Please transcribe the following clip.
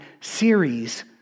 series